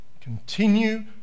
Continue